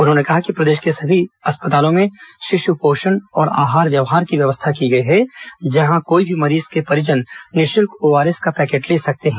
उन्होंने बताया कि प्रदेश के सभी अस्पतालों में शिश् पोषण और आहार व्यवहार की व्यवस्था की गई है जहां कोई भी मरीज के परिजन निःशल्क ओआरएस का पैकेट ले सकते हैं